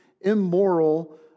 immoral